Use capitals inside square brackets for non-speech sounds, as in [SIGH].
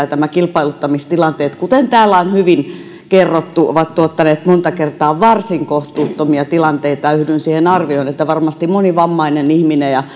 nämä kilpailuttamistilanteet kuten täällä on hyvin kerrottu ovat tuottaneet monta kertaa varsin kohtuuttomia tilanteita yhdyn siihen arvioon että varmasti moni vammainen ihminen ja [UNINTELLIGIBLE]